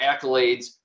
accolades